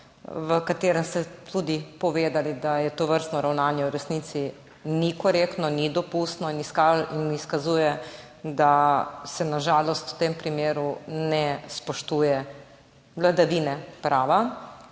v katerem ste tudi povedali, da tovrstno ravnanje v resnici ni korektno, ni dopustno in izkazuje, da se na žalost v tem primeru ne spoštuje vladavine prava.